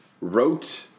wrote